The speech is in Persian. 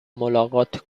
ملاقات